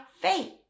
faith